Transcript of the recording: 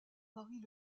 marie